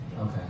Okay